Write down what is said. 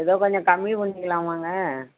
ஏதோ கொஞ்சம் கம்மி பண்ணிக்கலாமாங்க